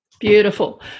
Beautiful